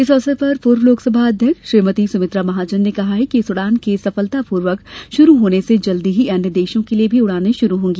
इस अवसर पर पूर्व लोकसभा अध्यक्ष श्रीमती सुमित्रा महाजन ने कहा कि इस उड़ान के सफलता पूर्वक शुरू होने से जल्दी ही अन्य देशों के लिये भी उड़ानें शुरू होगी